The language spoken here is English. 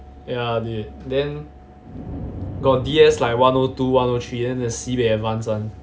ya they then got D S like one O two one O three then there's sibeh advanced one